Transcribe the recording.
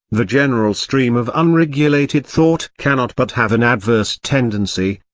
the general stream of unregulated thought cannot but have an adverse tendency,